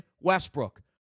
Westbrook